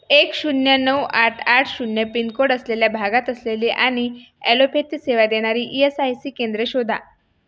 एक शून्य नऊ आठ आठ शून्य पिनकोड असलेल्या भागात असलेली आणि अॅलोपॅती सेवा देणारी ई एस आय सी केंद्रे शोधा